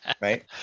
right